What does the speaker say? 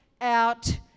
out